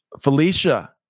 Felicia